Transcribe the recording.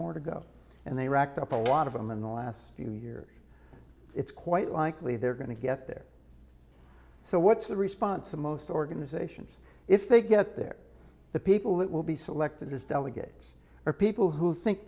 more to go and they racked up a lot of them in the last few years it's quite likely they're going to get there so what's the response of most organizations if they get there the people that will be selected as delegates or people who think